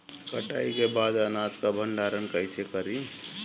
कटाई के बाद अनाज का भंडारण कईसे करीं?